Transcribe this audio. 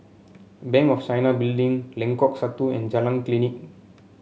Bank of China Building Lengkok Satu and Jalan Klinik